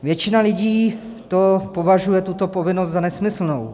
Většina lidí považuje tuto povinnost za nesmyslnou.